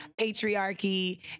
patriarchy